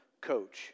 coach